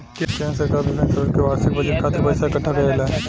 केंद्र सरकार बिभिन्न स्रोत से बार्षिक बजट खातिर पइसा इकट्ठा करेले